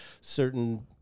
certain